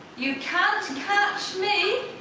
you can't catch me.